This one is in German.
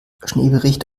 schneebericht